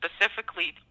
specifically